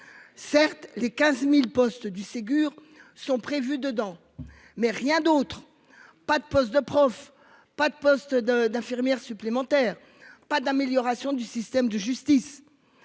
Certes les 15.000 postes du Ségur sont prévues dedans mais rien d'autre. Pas de poste de prof. Pas de poste de d'infirmières supplémentaires. Pas d'amélioration du système de justice.